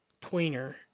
tweener